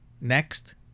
next